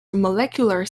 molecular